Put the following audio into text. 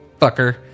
fucker